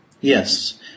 Yes